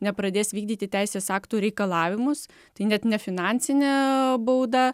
nepradės vykdyti teisės aktų reikalavimus tai net nefinansinė bauda